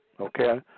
Okay